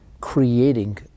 creating